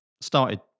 started